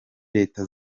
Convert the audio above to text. leta